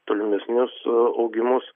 tolimesnius augimus